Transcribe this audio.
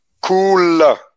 cool